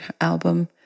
album